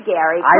Gary